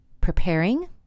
preparing